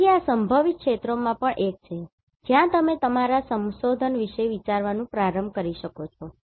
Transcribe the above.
તેથી આ સંભવિત ક્ષેત્રોમાં પણ એક છે જ્યાં તમે તમારા સંશોધન વિશે વિચારવાનું પ્રારંભ કરી શકો છો